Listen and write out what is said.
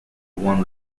won